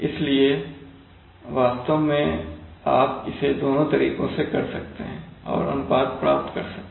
इसलिए वास्तव में आप इसे दोनों तरीकों से कर सकते हैं और अनुपात प्राप्त कर सकते हैं